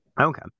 okay